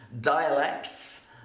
dialects